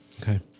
Okay